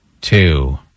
two